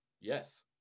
Yes